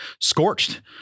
scorched